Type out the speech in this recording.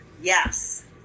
yes